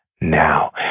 now